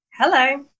Hello